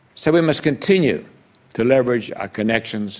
so we must continue to leverage our connections